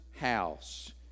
house